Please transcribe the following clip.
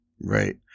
Right